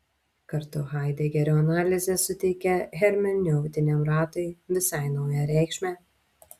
kartu haidegerio analizė suteikia hermeneutiniam ratui visai naują reikšmę